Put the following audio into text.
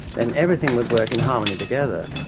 then everything would work in harmony together.